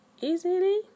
easily